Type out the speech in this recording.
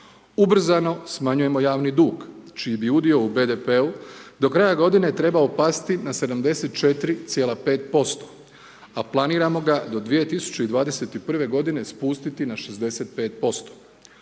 Ubrzano smanjujemo javni dug čiji je udio u BDP-u do kraja godine trebao pasti na 74,5%, a planiramo ga do 2021. godine spustiti na 65%.